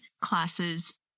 classes